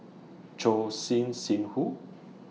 Choor Singh Sidhu